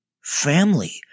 family